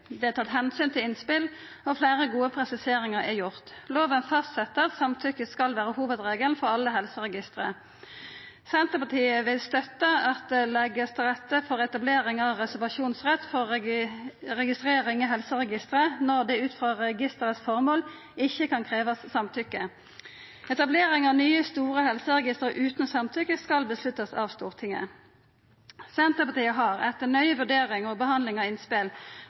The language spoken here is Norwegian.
Det er tatt omsyn til innspel, og fleire gode presiseringar er gjorde. Loven fastset at samtykke skal vera hovudregelen for alle helseregister. Senterpartiet vil støtta at det leggjast til rette for etablering av reservasjonsrett for registrering i helseregisteret når det ut frå registerets formål ikkje kan krevjast samtykke. Etablering av nye, store helseregister utan samtykke skal avgjerast av Stortinget. Senterpartiet har etter nøye vurdering og behandling av innspel